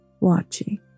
watching